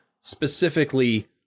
specifically